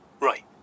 Right